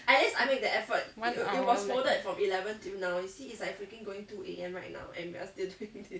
one hour